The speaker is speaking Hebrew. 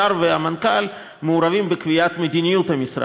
השר והמנכ"ל מעורבים בקביעת מדיניות המשרד,